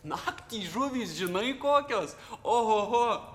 naktį žuvys žinai kokios ohoho